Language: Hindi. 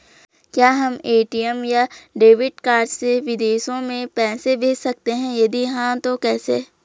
क्या हम ए.टी.एम या डेबिट कार्ड से विदेशों में पैसे भेज सकते हैं यदि हाँ तो कैसे?